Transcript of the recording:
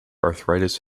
arthritis